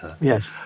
Yes